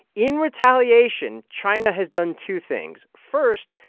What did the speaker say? in retaliation, china has done two things. first,